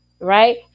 Right